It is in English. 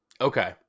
Okay